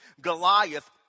Goliath